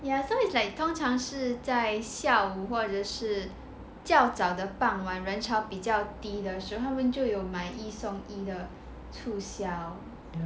ya so it's like 通常是在下午或者是较早的傍晚人潮比较低的时候他们就有买一送一的促销